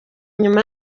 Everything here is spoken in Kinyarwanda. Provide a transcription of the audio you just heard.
nyuma